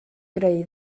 greu